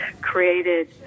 created